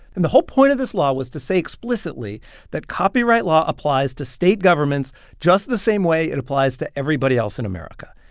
and the whole point of this law was to say explicitly that copyright law applies to state governments just the same way it applies to everybody else in america.